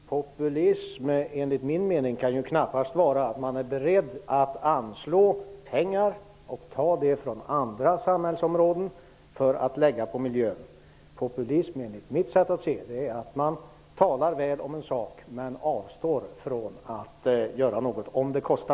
Herr talman! Populism kan enligt min mening knappast vara att man är beredd att anslå pengar till miljön och att man vill ta dem från andra samhällsområden. Populism är enligt mitt sätt att se det att tala väl om en sak men avstå från att göra något om det kostar.